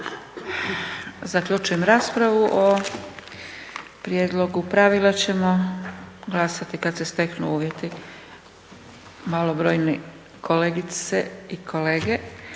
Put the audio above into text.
Zaključujem raspravu. O prijedlogu pravila ćemo glasati kada se steknu uvjeti. Malobrojni kolegice i kolege,